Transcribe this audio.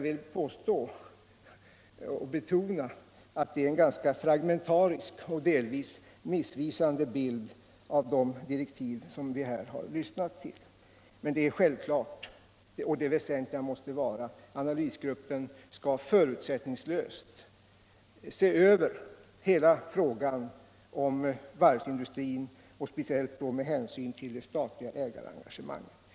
Det är emellertid en ganska fragmentarisk och delvis missvisande bild av direktiven som herr Hugosson relaterar. Det väsentliga måste ju vara att analysgruppen förutsättningslöst ser över hela frågan om varvsindustrin, speciellt med hänsyn till det statliga ägarengagemanget.